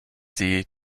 sie